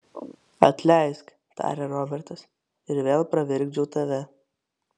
atleisk tarė robertas ir vėl pravirkdžiau tave